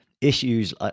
issues